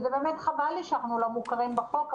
באמת חבל לי שאנחנו לא מוכרים בחוק,